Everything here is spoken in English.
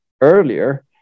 earlier